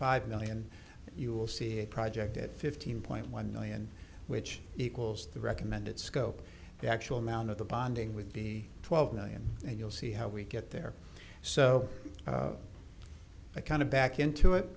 five million you'll see project at fifteen point one million which equals the recommended scope the actual amount of the bonding with the twelve million and you'll see how we get there so i kind of back into it